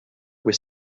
with